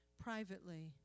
privately